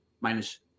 minus